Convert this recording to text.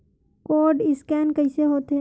Code scan कइसे होथे?